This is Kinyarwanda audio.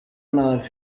nabi